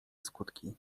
skutki